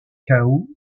chaos